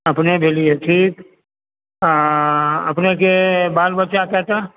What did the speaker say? अपने भेलियै की अपनेके बाल बच्चा कय टा